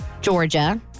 Georgia